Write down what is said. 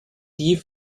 die